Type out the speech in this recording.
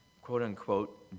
quote-unquote